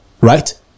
Right